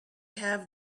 have